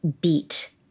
beat